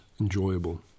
enjoyable